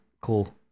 cool